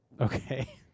Okay